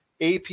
AP